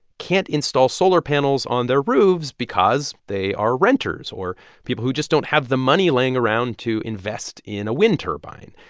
can't install solar panels on their roofs because they are renters or people who just don't have the money laying around to invest in a wind turbine.